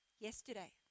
Yesterday